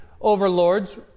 overlords